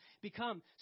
become